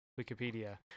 Wikipedia